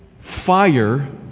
fire